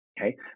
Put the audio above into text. okay